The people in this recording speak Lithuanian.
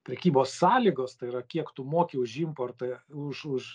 prekybos sąlygos tai yra kiek tu moki už importą už už